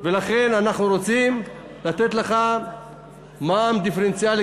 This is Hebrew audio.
ולכן אנחנו רוצים לתת לך מע"מ דיפרנציאלי,